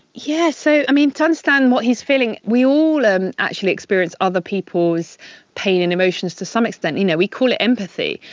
yeah. so to understand what he's feeling, we all and actually experience other people's pain and emotions to some extent you know we call it empathy.